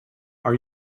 are